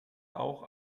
auch